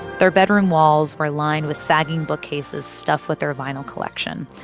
their bedroom walls were lined with sagging bookcases stuffed with their vinyl collection.